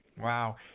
Wow